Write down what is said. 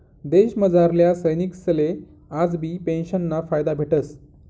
देशमझारल्या सैनिकसले आजबी पेंशनना फायदा भेटस